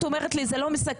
את אומרת לי זה לא מסכן,